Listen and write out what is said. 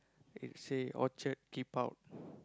it say orchard keep out